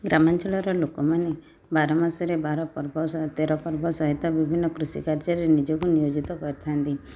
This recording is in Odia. ଗ୍ରାମାଞ୍ଚଳର ଲୋକମାନେ ବାରମାସରେ ବାରପର୍ବ ସ ତେରପର୍ବ ସହିତ ବିଭିନ୍ନ କୃଷିକାର୍ଯ୍ୟରେ ନିଜକୁ ନିୟୋଜିତ କରିଥାନ୍ତି